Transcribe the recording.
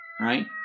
right